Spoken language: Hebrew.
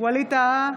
ווליד טאהא,